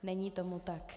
Není tomu tak.